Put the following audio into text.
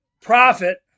profit